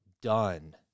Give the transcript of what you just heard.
done